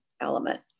element